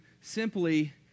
simply